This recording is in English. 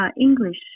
English